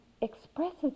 expresses